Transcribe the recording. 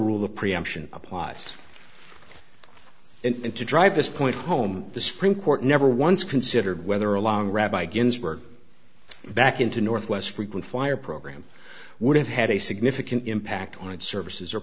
rule of preemption applies and to drive this point home the supreme court never once considered whether allowing rabbi ginsburg back into northwest frequent flyer program would have had a significant impact on services